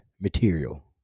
material